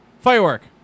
Firework